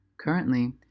Currently